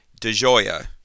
DeJoya